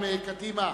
קדימה.